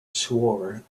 swore